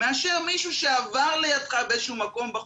מאשר מישהו שעבר לידך באיזשהו מקום בחוץ,